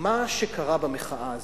שקרה במחאה הזאת,